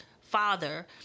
father